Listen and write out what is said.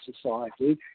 society